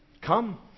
come